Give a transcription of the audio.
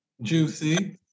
Juicy